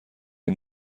این